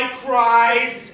cries